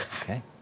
Okay